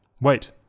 Wait